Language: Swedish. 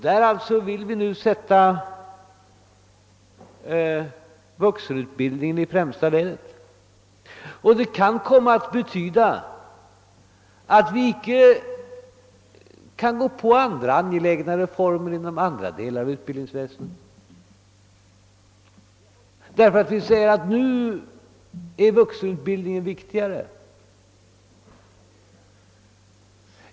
Där vill vi nu sätta vuxenutbildningen i främsta ledet. Det kan komma att betyda att vi inte kan genomföra angelägna reformer inom andra delar av utbildningsväsendet, därför att vi anser att vuxenutbildningen är viktigare.